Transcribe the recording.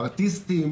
ארטיסטים,